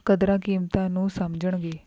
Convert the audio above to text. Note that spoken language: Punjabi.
ਕਦਰਾਂ ਕੀਮਤਾਂ ਨੂੰ ਸਮਝਣਗੇ